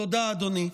תודה, אדוני.